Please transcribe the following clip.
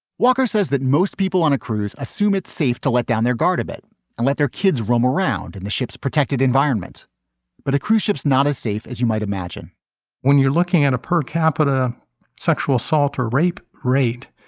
walker says that most people on a cruise assume it's safe to let down their guard a bit and let their kids roam around in the ship's protected environment but a cruise ships not as safe as you might imagine when you're looking at a per capita sexual assault or rape rate.